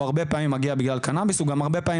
והרבה פעמים הם באמת מגיע בגלל קנאביס אבל הרבה פעמים